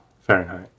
Fahrenheit